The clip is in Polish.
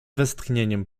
westchnieniem